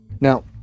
Now